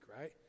right